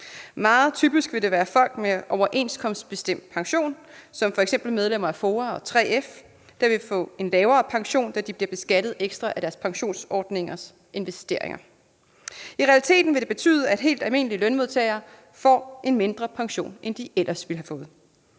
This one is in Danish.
Meget typisk vil det være folk med overenskomstbestemt pension som f.eks. medlemmer af FOA og 3F, der vil få en lavere pension, da de bliver beskattet ekstra af deres pensionsordningers investeringer. I realiteten vil det betyde, at helt almindelige lønmodtagere får en mindre pension, end de ellers ville have fået.